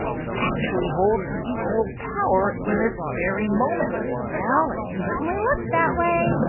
he actually holds equal power in this very moment well, it certainly looks that way